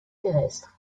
terrestre